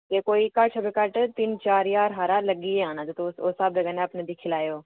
कोई घट्ट शट्ट तिन चार ज्हार तक लग्गी गै जाना तुस उस स्हाबै कन्नै दिक्खी लेएओ